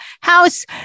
house